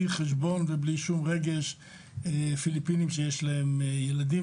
חשבון ובלי שום רגש פיליפינים שיש להם ילדים,